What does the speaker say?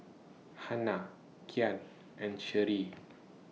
Hanna Kyan and Sherry